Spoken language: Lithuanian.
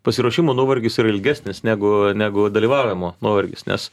pasiruošimo nuovargis yra ilgesnis negu negu dalyvavimo nuovargis nes